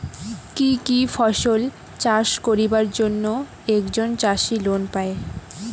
কি কি ফসল চাষ করিবার জন্যে একজন চাষী লোন পায়?